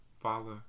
father